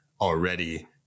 already